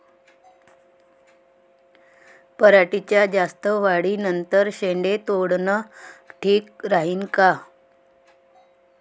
पराटीच्या जास्त वाढी नंतर शेंडे तोडनं ठीक राहीन का?